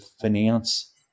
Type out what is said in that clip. finance